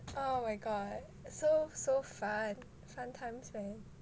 oh my god so so fun fun times man